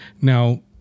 Now